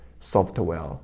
software